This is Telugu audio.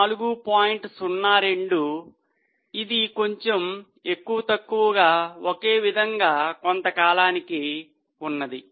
02 ఇది కొంచెం ఎక్కువ తక్కువగా ఒకే విధంగా కొంతకాలానికి ఉన్నది